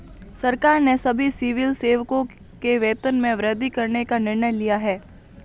सरकार ने सभी सिविल सेवकों के वेतन में वृद्धि करने का निर्णय लिया है